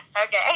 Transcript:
okay